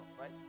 right